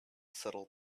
settle